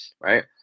Right